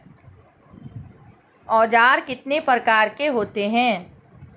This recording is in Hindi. औज़ार कितने प्रकार के होते हैं?